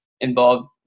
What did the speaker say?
involved